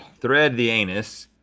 thread the anus.